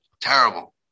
terrible